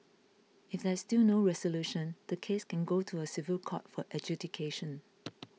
if there is still no resolution the case can go to a civil court for adjudication